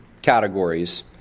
categories